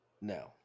No